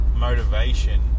motivation